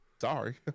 Sorry